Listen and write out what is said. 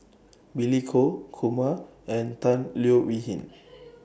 Billy Koh Kumar and Tan Leo Wee Hin